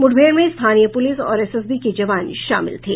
मुठभेड़ में स्थानीय पुलिस और एसएसबी के जवान शामिल थे